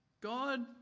God